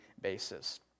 basis